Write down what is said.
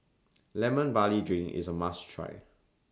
Lemon Barley Drink IS A must Try